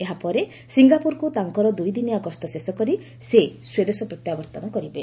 ଏହାପରେ ସିଙ୍ଗାପୁରକୁ ତାଙ୍କର ଦୁଇଦିନିଆ ଗସ୍ତ ଶେଷକରି ସେ ସ୍ୱଦେଶ ପ୍ରତ୍ୟାବର୍ତ୍ତନ କରିବେ